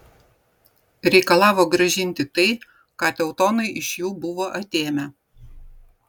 reikalavo grąžinti tai ką teutonai iš jų buvo atėmę